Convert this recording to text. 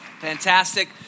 fantastic